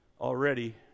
already